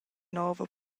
nova